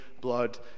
blood